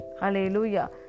Hallelujah